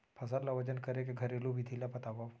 फसल ला वजन करे के घरेलू विधि ला बतावव?